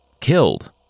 Killed